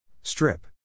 Strip